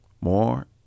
More